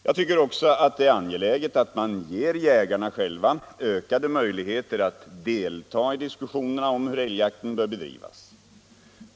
Jag tycker också att det är angeläget att man ger jägarna själva ökade möjligheter att delta i diskussionerna om hur älgjakten bör bedrivas.